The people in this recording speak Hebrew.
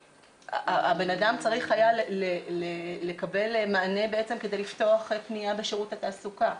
הבן אדם צריך היה לקבל מענה בעצם כדי לפתוח פנייה בשירות התעסוקה,